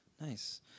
Nice